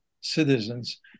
citizens